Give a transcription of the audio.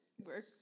work